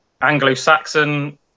Anglo-Saxon